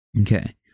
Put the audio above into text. Okay